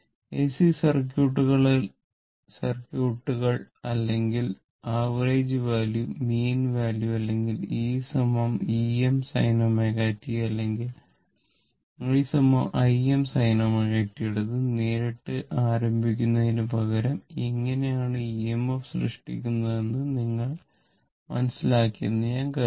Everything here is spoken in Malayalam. എസി സർക്യൂട്ടുകൾ അല്ലെങ്കിൽ ആവറേജ് വാല്യൂ മീൻ വാല്യൂ അല്ലെങ്കിൽ E Em sin ω t അല്ലെങ്കിൽ i Im sin ω t എടുത്ത് നേരിട്ട് ആരംഭിക്കുന്നതിനുപകരം എങ്ങനെയാണ് EMF സൃഷ്ടിക്കപ്പെടുന്നതെന്ന് നിങ്ങൾ മനസ്സിലാക്കിയെന്ന് ഞാൻ കരുതുന്നു